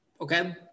Okay